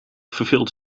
verveeld